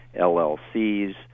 LLCs